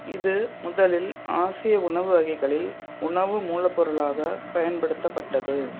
இது முதலில் ஆசிய உணவு வகைகளில் உணவு மூலப்பொருளாக பயன்படுத்தப்பட்டது